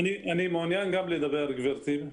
אני מעוניין גם לדבר, גברתי.